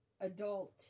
adult